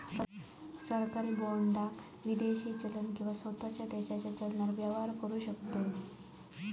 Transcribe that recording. सरकारी बाँडाक विदेशी चलन किंवा स्वताच्या देशाच्या चलनान व्यवहार करु शकतव